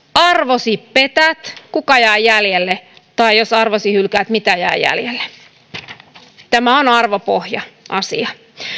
arvosi petät kuka jää jäljelle tai jos arvosi hylkäät mitä jää jäljelle tämä on arvopohja asia